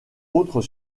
autres